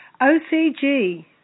OCG